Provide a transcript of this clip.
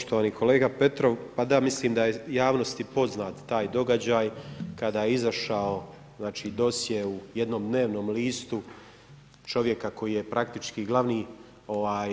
Poštovani kolega Petrov, pa da mislim da je javnosti poznat taj događaj, kada je izašao dosje u jednom dnevnom listu, čovjeka koji je praktički glavni